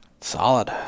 Solid